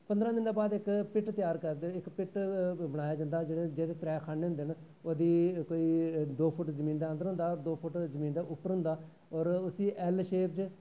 पंदरां दिन बाद इक पिट तेआर करदे इक पिट बनाया जंदा जेह्दे त्रै खान्ने होंदे न इक दो फुट जमीन दै अन्दर होंदा दो फुट जमीन दै उप्पर होंदा और उसै ऐल्ल शेप च